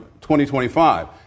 2025